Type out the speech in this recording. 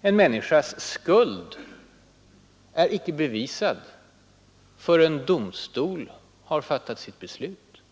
En människas skuld är icke bevisad förrän domstol har fattat sitt beslut.